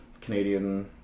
Canadian